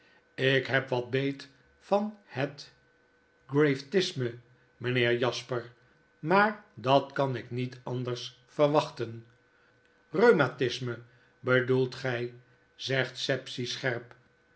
ik heb wat beet van het gravetisme mynheer jasper maar dat kan ik niet anders verwachten rheumatisme bedoelt gy zegt sapsea scherp